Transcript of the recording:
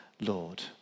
Lord